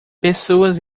pessoas